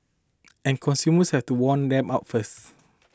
and consumers has to warmed up first